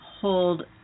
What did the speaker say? hold